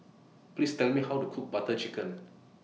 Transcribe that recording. Please Tell Me How to Cook Butter Chicken